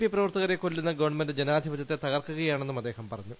P പ്രവർത്തകരെ കൊല്ലുന്ന government ജനാധിപത്യത്തെ തകർക്കുകയാണെന്നും അദ്ദേഹം പറഞ്ഞു